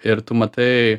ir tu matai